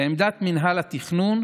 לעמדת מינהל התכנון,